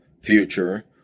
future